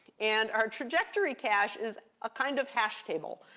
and our trajectory cash is a kind of hash table.